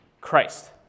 Christ